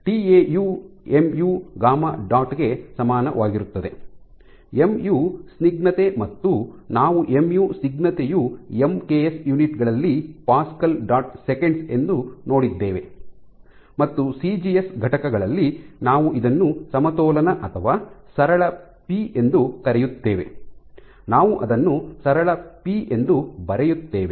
ಟಿಎಯು mu gamma γ dot ಗೆ ಸಮಾನವಾಗಿರುತ್ತದೆ mu ಸ್ನಿಗ್ಧತೆ ಮತ್ತು ನಾವು ಎಂಯು ಸ್ನಿಗ್ಧತೆಯು ಎಮ್ ಕೆ ಎಸ್ ಯುನಿಟ್ ಗಳಲ್ಲಿ ಪ್ಯಾಸ್ಕಲ್ ಡಾಟ್ ಸೆಕೆಂಡ್ಸ್ ಎಂದು ನೋಡಿದ್ದೇವೆ ಮತ್ತು ಸಿಜಿಎಸ್ ಘಟಕಗಳಲ್ಲಿ ನಾವು ಇದನ್ನು ಸಮತೋಲನ ಅಥವಾ ಸರಳ ಪಿ ಎಂದು ಕರೆಯುತ್ತೇವೆ ನಾವು ಅದನ್ನು ಸರಳ ಪಿ ಎಂದು ಬರೆಯುತ್ತೇವೆ